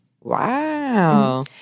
Wow